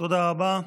תודה רבה.